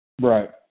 Right